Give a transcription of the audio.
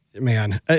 Man